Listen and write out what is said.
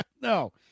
No